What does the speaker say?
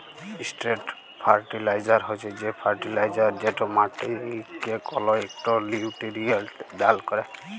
straight fertilizer হছে সে fertilizer যেট মাটিকে কল ইকট লিউটিরিয়েল্ট দাল ক্যরে